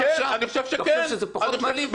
ברור.